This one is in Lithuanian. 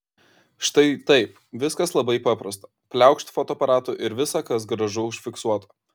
štai taip viskas labai paprasta pliaukšt fotoaparatu ir visa kas gražu užfiksuota